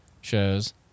shows